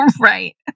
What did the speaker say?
Right